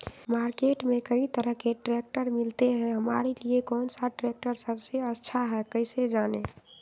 Market में कई तरह के ट्रैक्टर मिलते हैं हमारे लिए कौन सा ट्रैक्टर सबसे अच्छा है कैसे जाने?